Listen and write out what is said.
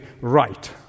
right